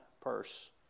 purse